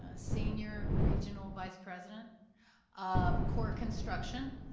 ah senior regional vice president of core construction,